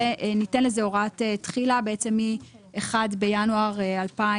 וניתן לזה הוראת תחילה מ-1 בינואר 2025,